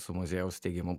su muziejaus steigimu